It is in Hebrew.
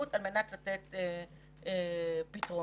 רק כדי לסבר את האוזן, שדרות